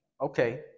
Okay